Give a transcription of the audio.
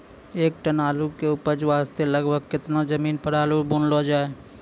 एक टन आलू के उपज वास्ते लगभग केतना जमीन पर आलू बुनलो जाय?